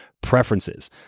preferences